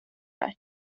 där